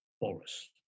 Boris